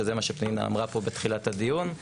שזה מה שפנינה אמרה פה בתחילת הדיון.